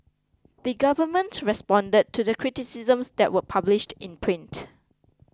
the government responded to the criticisms that were published in print